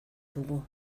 dugu